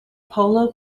polo